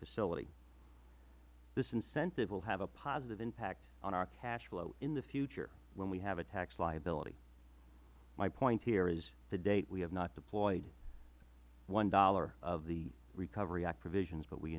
facility this incentive will have a positive impact on our cash flow in the future when we have a tax liability my point is to date we have not deployed one dollar of the recovery act provisions but we